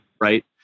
right